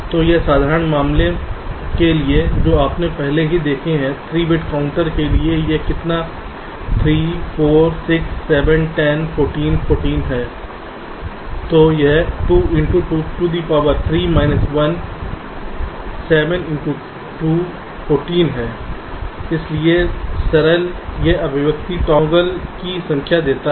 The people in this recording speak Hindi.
तो एक साधारण मामले के लिए जो आपने पहले ही देख लिया है 3 बिट काउंटर के लिए यह कितना 3 4 6 7 10 14 14 है तो यह 2 × 23−1 7 × 2 14 है इसलिए यह एक्सप्रेशन टॉगल की संख्या देता है